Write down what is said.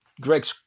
Greg